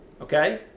Okay